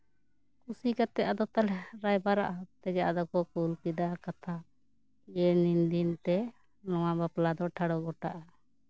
ᱠᱩᱥᱤ ᱠᱟᱛᱮᱜ ᱟᱫᱚ ᱛᱟᱦᱚᱞᱮ ᱨᱟᱭᱵᱟᱨ ᱟᱜ ᱦᱟᱛ ᱛᱮᱜᱮ ᱟᱫᱚ ᱠᱚ ᱠᱩᱞ ᱠᱮᱫᱟ ᱠᱟᱛᱷᱟ ᱡᱮ ᱱᱩᱱ ᱫᱤᱱ ᱛᱮ ᱱᱚᱣᱟ ᱵᱟᱯᱞᱟ ᱫᱚ ᱴᱷᱟᱲᱚ ᱜᱚᱴᱟᱜᱼᱟ